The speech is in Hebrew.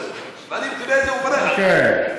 ואני מדבר על הבתים שם,